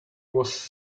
was